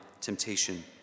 temptation